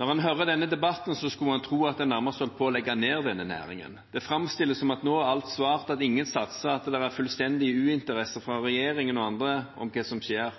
Når en hører denne debatten, skulle en tro at en nærmest holdt på å legge ned denne næringen. Det framstilles som at nå er alt svart, at ingen satser, at regjeringen og andre er fullstendig uinteressert i hva som skjer.